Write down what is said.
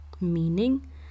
meaning